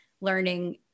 learning